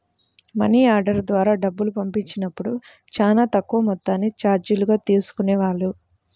money order ద్వారా డబ్బులు పంపించినప్పుడు చానా తక్కువ మొత్తాన్ని చార్జీలుగా తీసుకునేవాళ్ళు